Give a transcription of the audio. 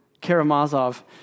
Karamazov